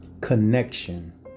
Connection